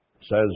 says